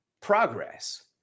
progress